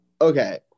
okay